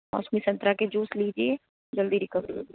मोसंबी संतरा के जूस लीजिए जल्दी रिकवरी होगी